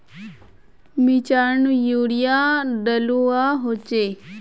मिर्चान यूरिया डलुआ होचे?